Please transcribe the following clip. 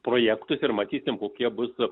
projektų ir matyti kokie būtų